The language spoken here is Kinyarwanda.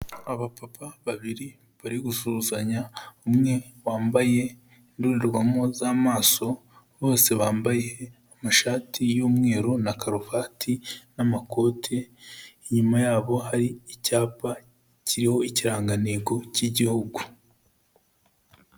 Abapapa babiri bari gusuhuzanya, umwe wambaye indorerwamo z'amaso, bose bambaye amashati y'umweru na karuvati n'amakoti, inyuma yabo hari icyapa kiriho ikirangantego cy'Igihugu.